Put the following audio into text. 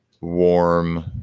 warm